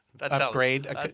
upgrade